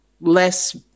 less